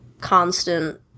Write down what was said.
constant